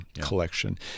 collection